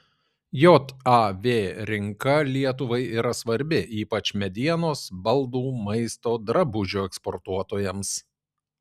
jav rinka lietuvai yra svarbi ypač medienos baldų maisto drabužių eksportuotojams